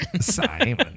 Simon